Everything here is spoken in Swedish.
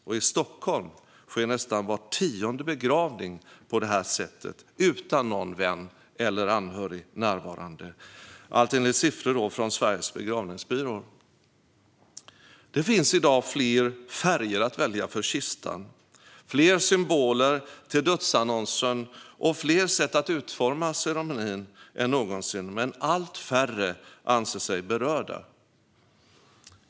Och i Stockholm sker nästan var tionde begravning på detta sätt, utan någon vän eller anhörig närvarande, enligt siffror från Sveriges Begravningsbyråers Förbund. Det finns i dag fler färger att välja för kistan, fler symboler till dödsannonsen och fler sätt att utforma ceremonin än någonsin, men allt färre anser sig berörda.